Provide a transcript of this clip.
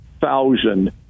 thousand